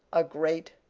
a great,